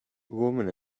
woman